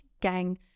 gang